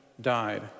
died